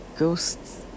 Ghosts